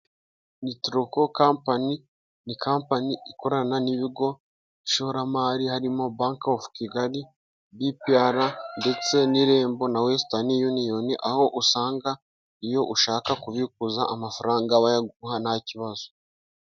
Nitoroko kampani ni kampani ikorana n'ibigo by'ishoramari harimo bank of kigali, BPR ndetse n'irembo na wesitani uniyoni , aho usanga iyo ushaka kubikuza amafaranga bayaguha nta kibazo.